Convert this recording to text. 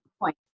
point